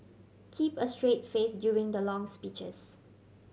keep a straight face during the long speeches